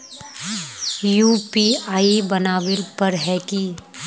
UPI बनावेल पर है की?